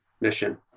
mission